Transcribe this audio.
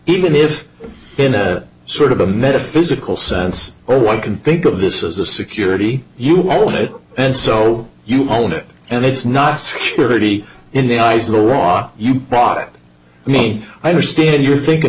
even if in a sort of a metaphysical sense or one can think of this as a security you own it and so you own it and it's not security in the eyes of the law you brought me i understand your thinking